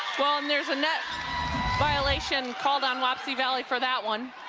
well, and there's a net violation called on wapsie valley for that one.